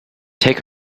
take